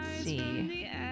see